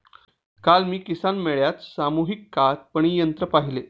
काल मी किसान मेळ्यात सामूहिक कापणी यंत्र पाहिले